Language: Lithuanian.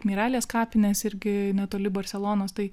miralės kapinės irgi netoli barselonos tai